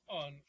on